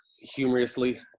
humorously